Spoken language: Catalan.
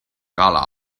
gala